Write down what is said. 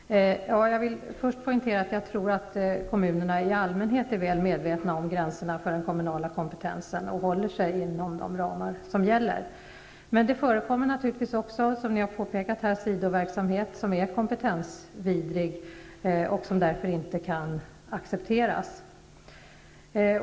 Herr talman! Jag vill först poängtera att jag tror att kommunerna i allmänhet är väl medvetna om gränserna för den kommunala kompetensen och håller sig inom de ramar som gäller. Det förekommer naturligtvis också, som har påpekats här, sidoverksamhet som är kompetensvidrig och som därför inte kan accepteras.